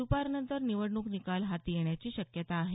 दपारनंतर निवडणूक निकाल हाती येण्याची शक्यता आहे